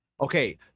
Okay